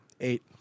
Eight